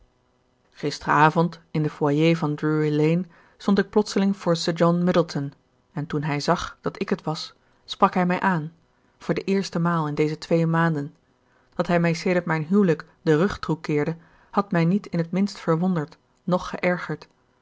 gisteravond in den foyer van drury lane stond ik plotseling voor sir john middleton en toen hij zag dat ik het was sprak hij mij aan voor de eerste maal in deze twee maanden dat hij mij sedert mijn huwelijk den rug toekeerde had mij niet in het minst verwonderd noch geërgerd